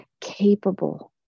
capable